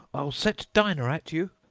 i'll set dinah at you